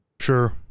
Sure